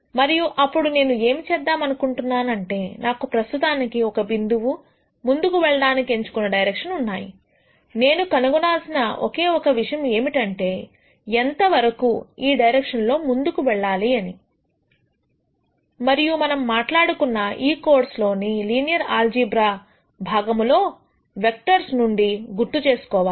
మరియు అప్పుడు నేను ఏమి చేద్దాం అనుకుంటున్నాను అంటే నాకు ప్రస్తుతానికి ఒక బిందువు ముందుకు వెళ్ళడానికి ఎంచుకున్న డైరెక్షన్ ఉన్నాయి నేను కనుగొనాల్సి ఒకే ఒక విషయం ఏమిటంటే ఎంతవరకు ఈ డైరెక్షన్ లో ముందుకు వెళ్లాలి అని మరియు మనం మాట్లాడుకున్న ఈ కోర్స్ లోని లీనియర్ ఆల్జీబ్రా భాగములో వెక్టర్స్ నుండి గుర్తు చేసుకోవాలి